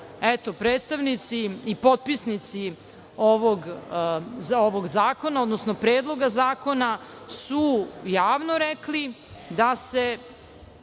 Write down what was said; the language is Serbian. Eto, predstavnici i potpisnici ovog zakona, odnosno Predloga zakona su javno rekli da se